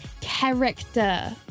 character